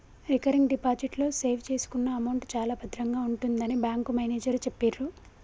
recurring deposit లో save చేసుకున్న amount చాలా భద్రంగా ఉంటుందని బ్యాంకు మేనేజరు చెప్పిర్రు